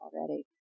already